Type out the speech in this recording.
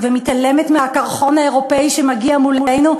ומתעלמת מהקרחון האירופי שמגיע מולנו,